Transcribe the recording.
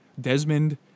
Desmond